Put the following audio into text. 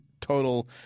total